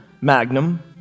Magnum